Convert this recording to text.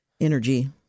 energy